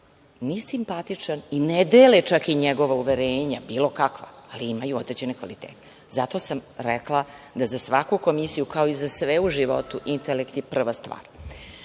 nije simpatičan i ne dele čak i njegova uverenja, bilo kakva. Ali, imaju određene kvalitete. Zato sam rekla da za svaku komisiju, kao i za sve u životu, intelekt je prva stvar. Što